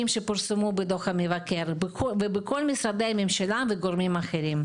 שנעשו בדו"ח המבקר בכל משרדי הממשלה וגורמים אחרים.